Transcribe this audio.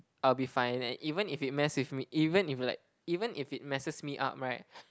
I'll be fine and even if it mess with me even if like even if it messes me up right